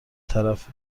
طرفت